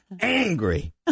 angry